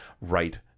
right